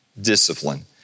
discipline